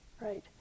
right